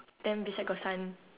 then beside got sun